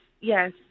yes